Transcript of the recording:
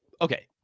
Okay